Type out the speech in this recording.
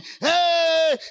Hey